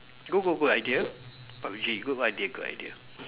good good good idea PUB-G good idea good idea